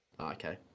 Okay